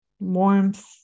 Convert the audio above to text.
warmth